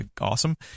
awesome